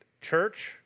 church